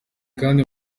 kandi